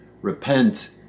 Repent